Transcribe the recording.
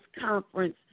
conference